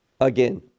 Again